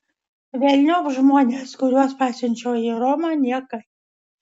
velniop žmones kuriuos pasiunčiau į romą niekai